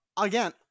Again